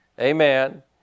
Amen